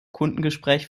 kundengespräch